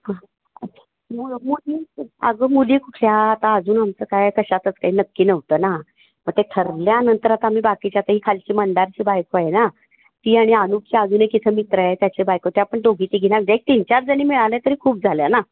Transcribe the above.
हा अगं मुली कुठल्या आता अजून आमचं काय कशातच काही नक्की नव्हतं ना मग ते ठरल्यानंतर आता आम्ही बाकीच्या आता ही खालची मंदारची बायको आहे ना ती आणि आनूपची अजून एक इथं मित्र आहे त्याची बायको त्या पण दोघी तिघींना जे एक तीन चार जणी मिळाल्या तरी खूप झाल्या ना